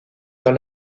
dans